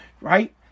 right